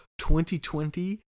2020